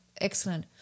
excellent